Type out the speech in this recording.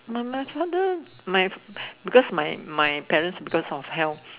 but my father my because my my parents because of health